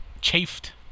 Chafed